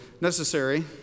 necessary